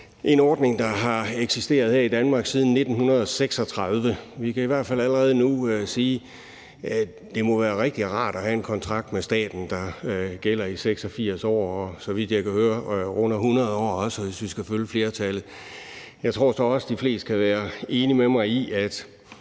en ordning, der har eksisteret her i Danmark siden 1936. Vi kan i hvert fald allerede nu sige, at det må være rigtig rart at have en kontrakt med staten, der gælder i 86 år, og så vidt jeg kan høre også i 100 år, hvis vi skal følge flertallet. Jeg tror så også, at de fleste kan være enige med mig i, at